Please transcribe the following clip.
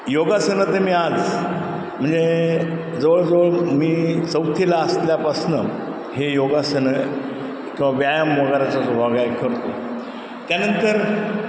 योगासनं तर मी आज म्हणजे जवळजवळ मी चौथीला असल्यापासनं हे योगासनं किंवा व्यायाम वगैरेचा करतो त्यानंतर